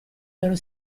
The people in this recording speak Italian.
loro